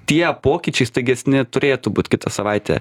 tie pokyčiai staigesni turėtų būt kitą savaitę